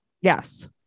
Yes